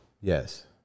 Yes